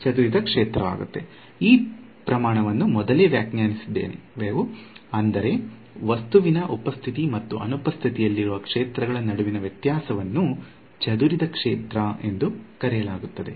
ಚದುರಿದ ಕ್ಷೇತ್ರ ಈ ಪ್ರಮಾಣವನ್ನು ಮೊದಲೇ ವ್ಯಾಖ್ಯಾನಿಸಿದ್ದೇವೆ ಅಂದರೆ ವಸ್ತುವಿನ ಉಪಸ್ಥಿತಿ ಮತ್ತು ಅನುಪಸ್ಥಿತಿಯಲ್ಲಿರುವ ಕ್ಷೇತ್ರಗಳ ನಡುವಿನ ವ್ಯತ್ಯಾಸವನ್ನು ಚದುರಿದ ಕ್ಷೇತ್ರ ಎಂದು ಕರೆಯಲಾಗುತ್ತದೆ